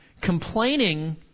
Complaining